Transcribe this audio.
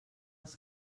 els